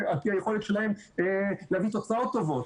על פי היכולת שלהם להביא תוצאות טובות,